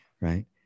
right